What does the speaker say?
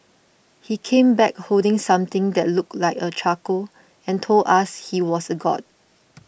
he came back holding something that looked like a charcoal and told us he was a god